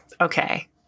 Okay